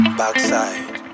backside